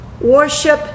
worship